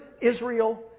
Israel